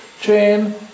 chain